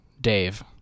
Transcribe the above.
Dave